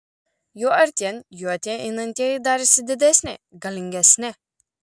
juo artyn juo tie einantieji darėsi didesni galingesni